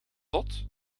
tot